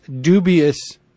dubious